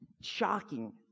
shocking